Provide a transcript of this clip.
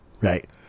right